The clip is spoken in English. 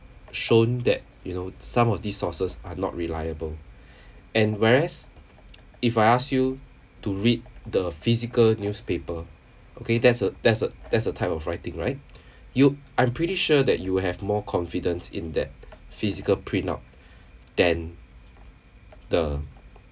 shown that you know some of these sources are not reliable and whereas if I asked you to read the physical newspaper okay that's a that's a that's a type of writing right you I'm pretty sure that you will have more confidence in that physical printout than the